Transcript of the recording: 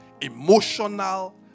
emotional